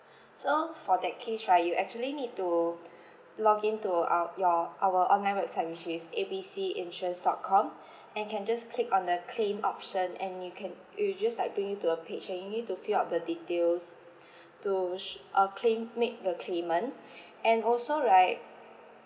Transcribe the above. so for that case right you actually need to login to our your our online website which is A B C insurance dot com and can just click on the claim option and you can it will just like bring you to a page and you need to fill up the details to which uh claim make the claimant and also right